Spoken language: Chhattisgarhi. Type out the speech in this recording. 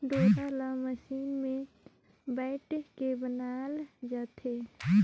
डोरा ल मसीन मे बइट के बनाल जाथे